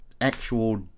actual